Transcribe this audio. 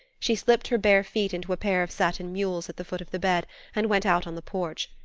she slipped her bare feet into a pair of satin mules at the foot of the bed and went out on the porch,